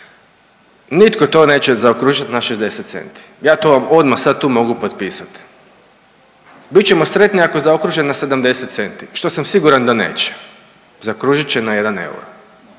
Nitko to neće zaokružiti na 60 centi, ja to vam odmah sad tu mogu potpisati. Bit ćemo sretni ako zaokruže na 70 centi, što sam siguran da neće. Zaokružit će na 1 euro,